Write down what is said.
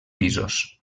pisos